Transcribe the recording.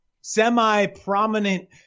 semi-prominent